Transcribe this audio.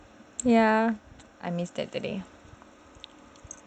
ya